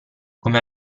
come